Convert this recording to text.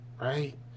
right